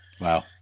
Wow